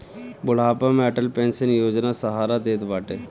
बुढ़ापा में अटल पेंशन योजना सहारा देत बाटे